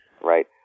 Right